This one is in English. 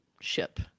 ship